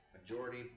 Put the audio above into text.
majority